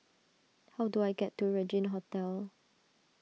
how do I get to Regin Hotel